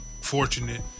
fortunate